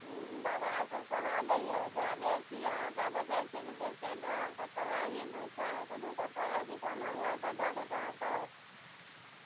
हुँ दवाइ सभ कहाँ देइया जँ बेसी अहाँके देखै छी जे पेसेन्ट अहाँके तबाही करतै तऽ दुटा पैरासिटामोल लऽ कऽ दय देत अहाँके